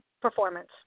performance –